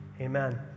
Amen